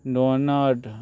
donut